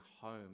home